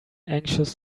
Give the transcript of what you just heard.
anxious